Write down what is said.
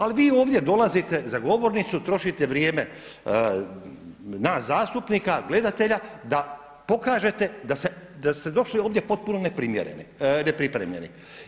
Ali vi ovdje dolazite za govornicu, trošite vrijeme nas zastupnika, gledatelja da pokažete da ste došli ovdje potpuno nepripremljeni.